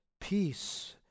peace